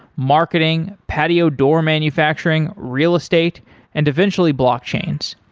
marketing, patio door manufacturing, real estate and eventually blockchains.